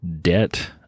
Debt